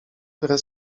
które